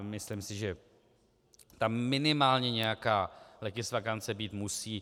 Myslím si, že tam minimálně nějaká legisvakance být musí.